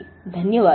ధన్యవాదాలు